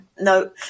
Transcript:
no